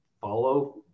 follow